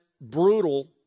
Brutal